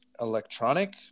electronic